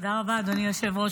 תודה רבה, אדוני היושב-ראש.